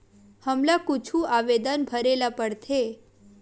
हमला कुछु आवेदन भरेला पढ़थे?